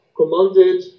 commanded